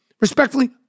Respectfully